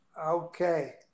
Okay